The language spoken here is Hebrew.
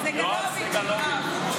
בירכנו אותו בברכת מזל טוב.